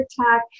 attack